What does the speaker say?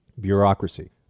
bureaucracy